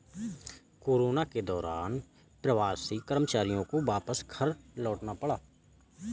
corona के दौरान प्रवासी कर्मचारियों को वापस घर लौटना पड़ा